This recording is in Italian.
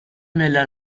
nella